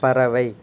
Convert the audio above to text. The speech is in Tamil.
பறவை